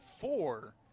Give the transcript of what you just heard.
four